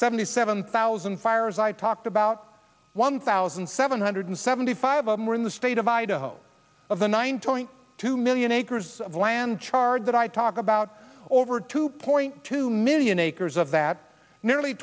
seventy seven thousand fires i talked about one thousand seven hundred seventy five of them were in the state of idaho of the ninety two million acres of land charred that i talk about over two point two million acres of that nearly